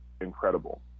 incredible